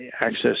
access